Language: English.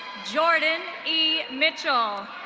jordan e mitchell.